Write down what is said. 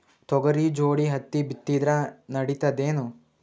ತೊಗರಿ ಜೋಡಿ ಹತ್ತಿ ಬಿತ್ತಿದ್ರ ನಡಿತದೇನು?